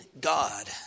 God